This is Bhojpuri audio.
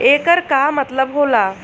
येकर का मतलब होला?